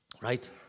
right